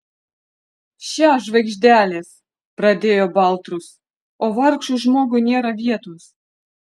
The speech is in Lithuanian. še žvaigždelės pradėjo baltrus o vargšui žmogui nėra vietos